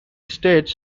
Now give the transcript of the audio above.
states